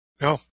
No